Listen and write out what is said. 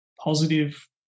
positive